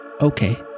okay